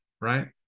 right